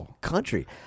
country